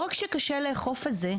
לא רק שקשה לאכוף את זה,